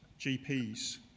GPs